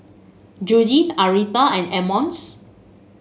Judyth Aretha and Emmons